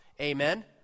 Amen